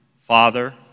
Father